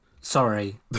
Sorry